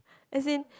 as in